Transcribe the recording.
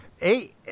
Eight